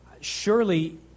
Surely